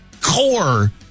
core